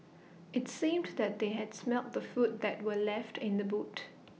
IT seemed that they had smelt the food that were left in the boot